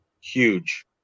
Huge